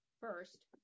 First